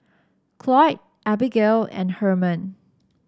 Cloyd Abigale and Herman